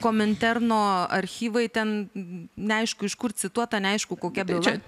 kominterno archyvai ten neaišku iš kur cituota neaišku kokia byla